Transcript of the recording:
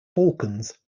falcons